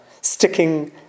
sticking